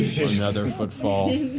another and footfall.